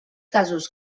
casos